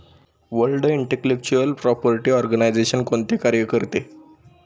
World intellectual property organisation कोणते कार्य करते?